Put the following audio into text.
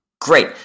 Great